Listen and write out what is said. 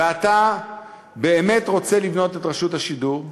אתה באמת רוצה לבנות את רשות השידור מחדש,